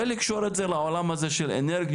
ולקשור את זה לעולם הזה של אנרגיות,